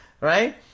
Right